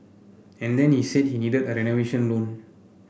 and then he said he needed a renovation loan